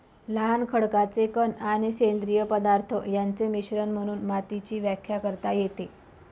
लहान खडकाचे कण आणि सेंद्रिय पदार्थ यांचे मिश्रण म्हणून मातीची व्याख्या करता येते